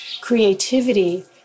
creativity